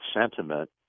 sentiment